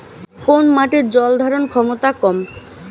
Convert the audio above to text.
কোন মাটির জল ধারণ ক্ষমতা কম?